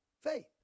faith